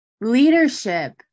leadership